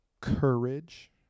courage